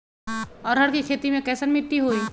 अरहर के खेती मे कैसन मिट्टी होइ?